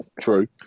true